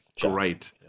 great